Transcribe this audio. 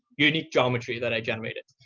unique geometry that i generated.